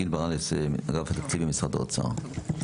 גל ברנס, מאגף התקציבים במשרד האוצר.